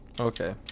Okay